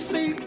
See